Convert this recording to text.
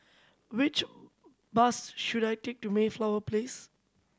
which bus should I take to Mayflower Place